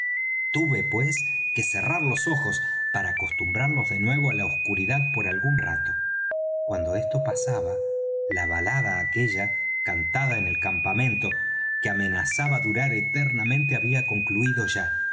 tuve pues que cerrar los ojos para acostumbrarlos de nuevo á la oscuridad por algún rato cuando esto pasaba la balada aquella cantada en el campamento que amenazaba durar eternamente había concluído ya